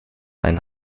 ein